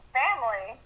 family